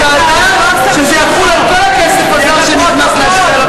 אבל דודו התחייב בוועדה שזה יחול על כל הכסף הזר שנכנס לפוליטיקה,